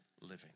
living